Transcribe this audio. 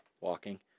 walking